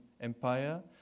Empire